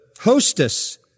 hostess